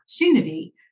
opportunity